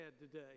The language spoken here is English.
today